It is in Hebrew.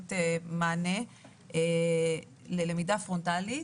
ולתת מענה ללמידה פרונטלית,